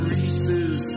Reese's